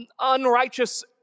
unrighteous